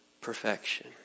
perfection